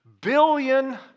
billion